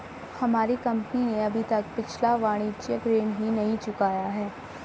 हमारी कंपनी ने अभी तक पिछला वाणिज्यिक ऋण ही नहीं चुकाया है